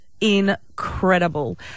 incredible